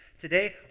today